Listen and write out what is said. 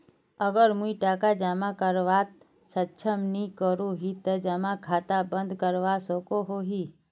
अगर मुई टका जमा करवात सक्षम नी करोही ते जमा खाता बंद करवा सकोहो ही?